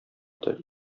тел